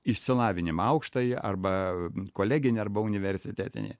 išsilavinimą aukštąjį arba koleginį arba universitetinį